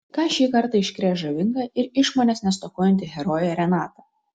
ką šį kartą iškrės žavinga ir išmonės nestokojanti herojė renata